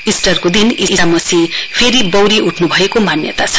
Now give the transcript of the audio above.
इस्टरको दिन ईसा मसीह फेरि बौरी उठ्नु भएको मान्यता छ